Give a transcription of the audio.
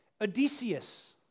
Odysseus